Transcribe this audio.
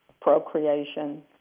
procreation